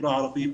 בחברה הערבית,